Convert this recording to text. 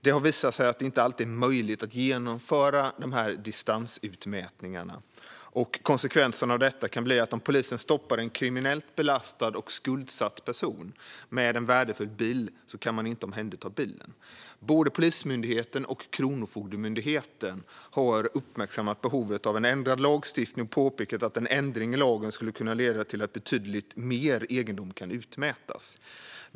Det har visat sig att det inte alltid är möjligt att genomföra de här distansutmätningarna. Konsekvensen av detta kan bli att om polisen stoppar en kriminellt belastad och skuldsatt person med en värdefull bil kan man inte omhänderta bilen. Både Polismyndigheten och Kronofogdemyndigheten har uppmärksammat behovet av en ändrad lagstiftning och påpekat att en ändring i lagen skulle kunna leda till att betydligt mer egendom kan utmätas.